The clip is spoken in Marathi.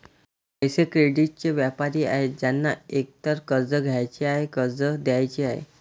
पैसे, क्रेडिटचे व्यापारी आहेत ज्यांना एकतर कर्ज घ्यायचे आहे, कर्ज द्यायचे आहे